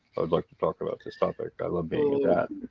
i'd like to talk about this topic i love being a dad.